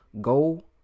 go